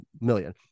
million